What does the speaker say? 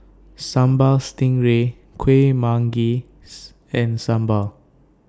Sambal Stingray Kuih Manggis and Sambal